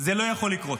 זה לא יכול לקרות.